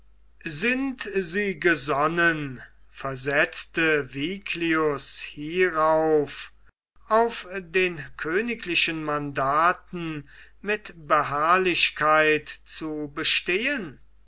sind sie gesonnen versetzte viglius hierauf auf den königlichen mandaten mit beharrlichkeit zu bestehen